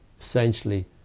essentially